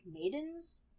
maidens